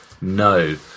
no